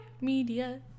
Media